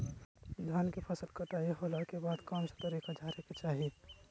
धान के फसल कटाई होला के बाद कौन तरीका से झारे के चाहि?